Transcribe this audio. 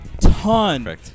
ton